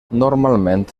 normalment